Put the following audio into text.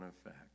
effect